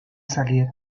salir